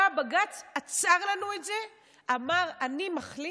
בא בג"ץ ועצר לנו את זה, אמר: אני מחליט.